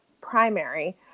primary